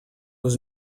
was